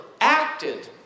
acted